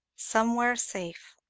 somewhere safe,